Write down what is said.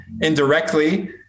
indirectly